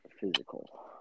physical